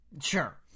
Sure